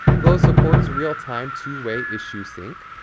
glo supports real-time, two way issue sync,